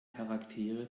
charaktere